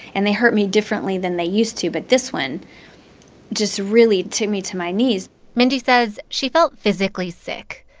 and they hurt me differently than they used to. but this one just really took me to my knees mindy says she felt physically sick,